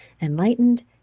enlightened